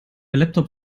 laptop